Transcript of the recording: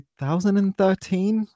2013